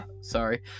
sorry